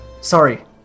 Sorry